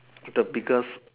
the biggest